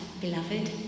beloved